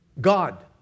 God